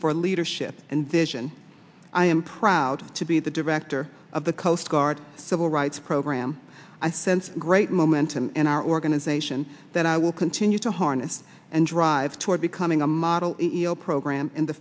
for leadership and vision i am proud to be the director of the coast guard civil rights program i sense great moment and our organization that i will continue to harness and drive toward becoming a model e e o program in the